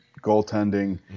goaltending